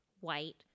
white